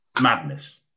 Madness